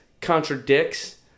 contradicts